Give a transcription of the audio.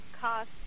cost